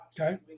Okay